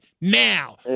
Now